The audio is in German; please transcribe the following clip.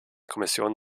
kommission